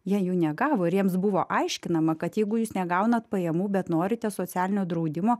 jie jų negavo ir jiems buvo aiškinama kad jeigu jūs negaunat pajamų bet norite socialinio draudimo